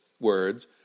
words